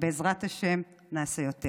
ובעזרת השם נעשה יותר.